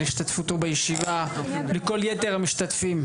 על השתתפותו בישיבה; לכל יתר המשתתפים,